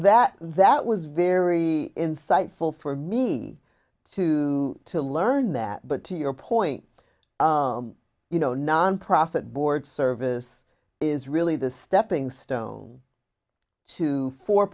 that that was very insightful for mean to to learn that but to your point you know nonprofit board service is really the stepping stone to for